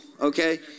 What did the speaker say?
Okay